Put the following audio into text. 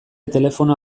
telefono